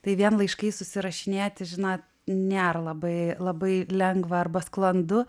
tai vien laiškais susirašinėti žino nėr labai labai lengva arba sklandu